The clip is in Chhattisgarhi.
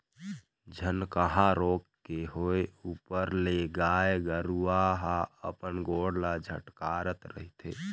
झनकहा रोग के होय ऊपर ले गाय गरुवा ह अपन गोड़ ल झटकारत रहिथे